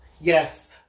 Yes